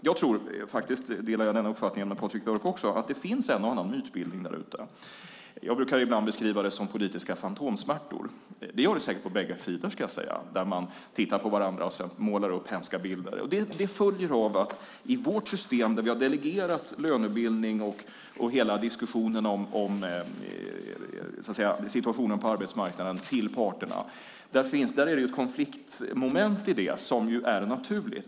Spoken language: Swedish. Jag tror, och jag delar där Patrik Björcks uppfattning, att det finns en och annan mytbildning. Jag brukar ibland beskriva det som politiska fantomsmärtor, och de finns säkert på bägge sidor. Man tittar på varandra och målar upp hemska bilder. Det följer av att i vårt system, där vi har delegerat lönebildning och hela diskussionen om situationen på arbetsmarknaden till parterna, finns ett konfliktmoment som är naturligt.